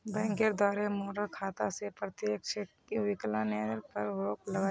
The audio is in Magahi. बैंकेर द्वारे मोर खाता स प्रत्यक्ष विकलनेर पर रोक लगइ दिल छ